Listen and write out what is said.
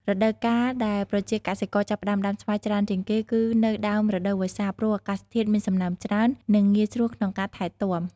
រដូវកាលដែលប្រជាកសិករចាប់ផ្ដើមដាំស្វាយច្រើនជាងគេ គឺនៅដើមរដូវវស្សា ព្រោះអាកាសធាតុមានសំណើមច្រើន និងងាយស្រួលក្នុងការថែទាំ។